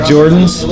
Jordans